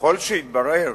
"ככל שיתברר